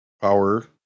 Power